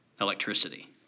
electricity